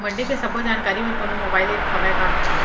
मंडी के जम्मो जानकारी बर कोनो मोबाइल ऐप्प हवय का?